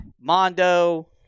Mondo